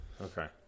Okay